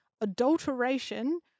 adulteration